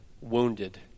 wounded